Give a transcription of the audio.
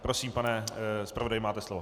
Prosím, pane zpravodaji, máte slovo.